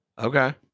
Okay